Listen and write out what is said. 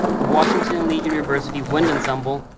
the washington and lee university wind ensemble,